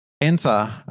enter